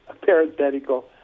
parenthetical